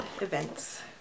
events